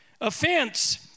Offense